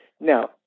Now